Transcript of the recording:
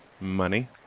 money